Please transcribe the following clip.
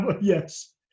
Yes